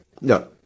no